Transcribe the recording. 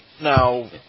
Now